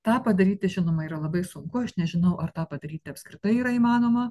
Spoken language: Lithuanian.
tą padaryti žinoma yra labai sunku aš nežinau ar tą padaryti apskritai yra įmanoma